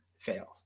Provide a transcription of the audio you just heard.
fail